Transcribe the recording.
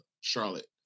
charlotte